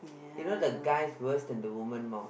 you know the guys worse than the woman mouth